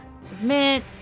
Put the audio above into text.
Submit